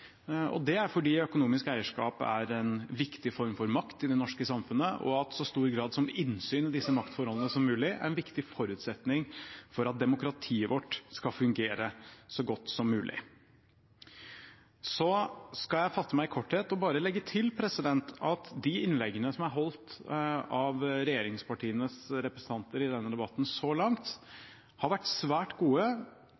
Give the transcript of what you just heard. og det er fordi økonomisk eierskap er en viktig form for makt i det norske samfunnet, og at så stor grad av innsyn som mulig i disse maktforholdene er en viktig forutsetning for at demokratiet vårt skal fungere så godt som mulig. Jeg skal fatte meg i korthet og bare legge til at de innleggene som er holdt av regjeringspartienes representanter i denne debatten så langt, har vært svært gode